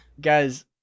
Guys